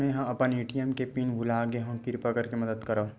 मेंहा अपन ए.टी.एम के पिन भुला गए हव, किरपा करके मदद करव